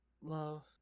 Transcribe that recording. love